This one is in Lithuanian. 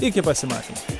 iki pasimatymo